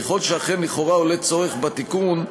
ככל שאכן לכאורה עולה צורך בתיקון,